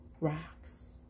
rocks